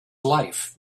life